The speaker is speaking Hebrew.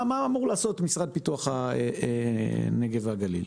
מה אמור לעשות משרד פיתוח הנגב והגליל?